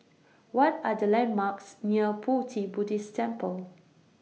What Are The landmarks near Pu Ti Buddhist Temple